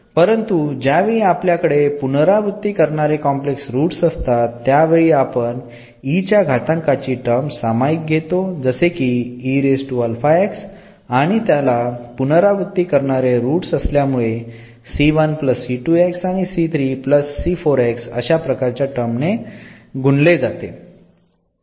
परंतु ज्या वेळी आपल्याकडे पुनरावृत्ती करणारे कॉम्प्लेक्स रूट्स असतात त्यावेळी आपण e च्या घातांकाची टर्म सामायिक घेतो जसे की आणि त्याला पुनरावृत्ती करणारे रुट्स असल्यामुळे आणि अशा प्रकारच्या टर्मने गुणले जाते